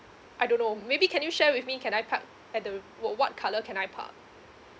I don't know maybe can you share with me can I park at the what what colour can I park